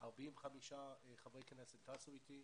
45 חברי כנסת טסו אתי.